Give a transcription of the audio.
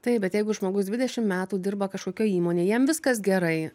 taip bet jeigu žmogus dvidešim metų dirba kažkokioj įmonėj jam viskas gerai